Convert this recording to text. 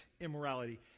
immorality